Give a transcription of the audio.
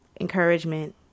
encouragement